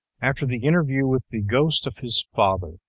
after the interview with the ghost of his father,